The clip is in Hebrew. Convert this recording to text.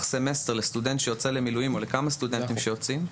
הסמסטר לסטודנט שיוצא למילואים או לכמה סטודנטים שיוצאים.